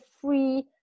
free